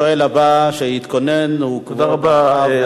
השואל הבא שיתכונן הוא כבוד הרב אמסלם.